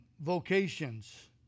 vocations